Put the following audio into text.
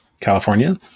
California